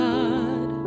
God